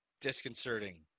disconcerting